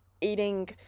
eating